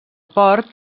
port